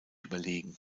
überlegen